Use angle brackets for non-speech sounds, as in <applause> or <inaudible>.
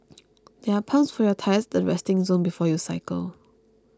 <noise> there are pumps for your tyres at the resting zone before you cycle